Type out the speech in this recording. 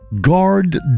Guard